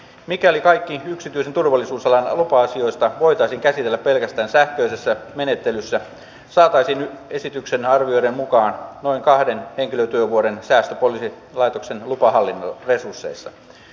mikäli kaikki yksityisen turvallisuusalan lupa asiat voitaisiin käsitellä pelkästään sähköisessä menettelyssä saataisiin esityksen arvioiden mukaan noin kahden henkilötyövuoden säästö poliisilaitoksen lupahallinnon resursseista